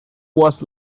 was